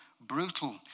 brutal